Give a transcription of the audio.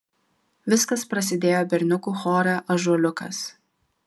viskas prasidėjo berniukų chore ąžuoliukas